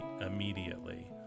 immediately